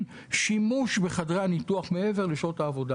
שימוש בחדרי הניתוח מעבר לשעות העבודה